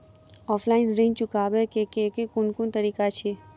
Offline ऋण चुकाबै केँ केँ कुन तरीका अछि?